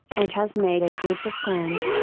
and has made a group of friends,